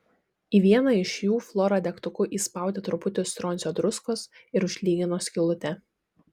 į vieną iš jų flora degtuku įspaudė truputį stroncio druskos ir užlygino skylutę